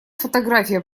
фотография